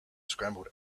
scrambled